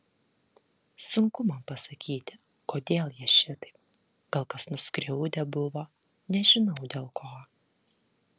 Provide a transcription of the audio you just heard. sunku man pasakyti kodėl jie šitaip gal kas nuskriaudę buvo nežinau dėl ko